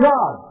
God